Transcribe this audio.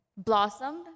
Blossomed